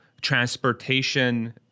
transportation